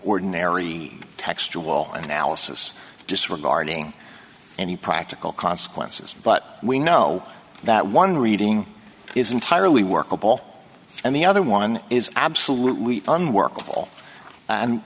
ordinary textual analysis disregarding any practical consequences but we know that one reading is entirely workable and the other one is absolutely unworkable and